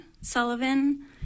Sullivan